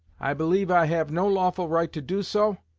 i believe i have no lawful right to do so,